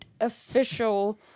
official